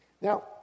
Now